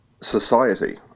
society